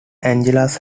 anglers